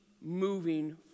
moving